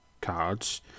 cards